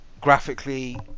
Graphically